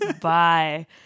Bye